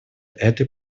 этой